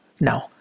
No